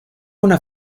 una